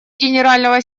генерального